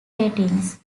ratings